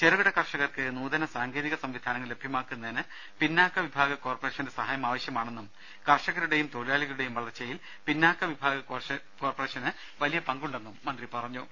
ചെറുകിട കർഷകർക്ക് നൂതന സാങ്കേതിക സംവിധാനങ്ങൾ ലഭ്യമാക്കുന്നതിനു പിന്നോക്കവിഭാഗ കോർപ്പറേഷന്റെ സഹായം ആവശ്യമാണെന്നും കർഷകരുടെയും തൊഴിലാളികളുടെയും വളർച്ചയിൽ പിന്നാക്ക വിഭാഗ കോർപ്പറേഷന് വലിയ പങ്കുണ്ടെന്നും മന്ത്രി പറഞ്ഞു